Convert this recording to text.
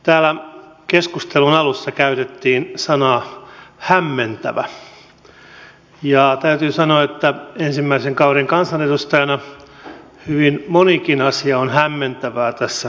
täällä keskustelun alussa käytettiin sanaa hämmentävä ja täytyy sanoa että ensimmäisen kauden kansanedustajana hyvin monikin asia on hämmentävä tässä keskustelussa